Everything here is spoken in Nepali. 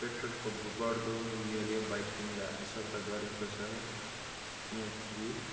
पेट्रोलको ब बड्दो मुल्यले बाईकिङलाई असर त गरेको छ किनकि